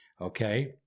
Okay